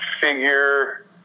figure